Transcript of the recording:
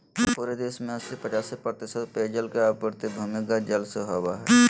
पूरे देश में अस्सी पचासी प्रतिशत पेयजल के आपूर्ति भूमिगत जल से होबय हइ